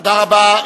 תודה רבה.